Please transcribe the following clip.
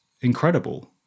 incredible